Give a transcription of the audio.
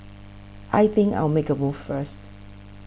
I think I'll make a move first